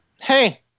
Hey